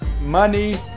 money